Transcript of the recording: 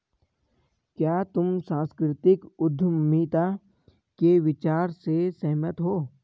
क्या तुम सांस्कृतिक उद्यमिता के विचार से सहमत हो?